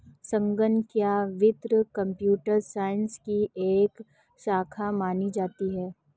संगणकीय वित्त computer science की एक शाखा मानी जाती है